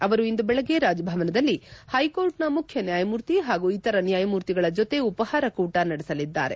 ಅವರು ಇಂದು ಬೆಳಗ್ಗೆ ರಾಜಭವನದಲ್ಲಿ ಹೈಕೋರ್ಟ್ನ ಮುಖ್ಯ ನ್ಯಾಯಮೂರ್ತಿ ಹಾಗೂ ಇತರ ನ್ಯಾಯಮೂರ್ತಿಗಳ ಜೊತೆ ಉಪಹಾರ ಕೂಟ ನಡೆಸಲಿದ್ದಾರೆ